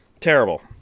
terrible